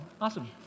awesome